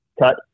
cut